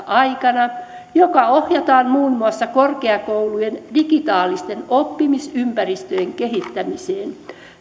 aikana joka ohjataan muun maussa korkeakoulujen digitaalisten oppimisympäristöjen kehittämiseen tämän